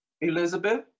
Elizabeth